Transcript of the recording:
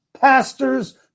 pastors